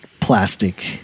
plastic